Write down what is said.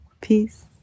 peace